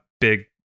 big